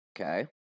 Okay